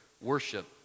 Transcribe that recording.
worship